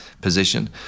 position